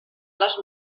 les